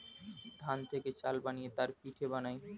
ধান থেকে চাল বানিয়ে তার পিঠে বানায়